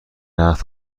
نقد